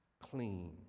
clean